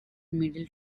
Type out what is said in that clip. middle